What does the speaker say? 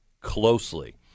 closely